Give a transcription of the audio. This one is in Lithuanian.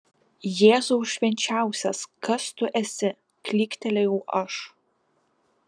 jėzau švenčiausias kas tu esi klyktelėjau aš